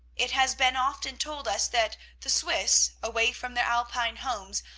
it has been often told us that the swiss, away from their alpine homes,